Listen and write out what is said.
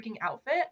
outfit